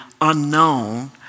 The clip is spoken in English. unknown